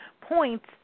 points